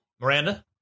Miranda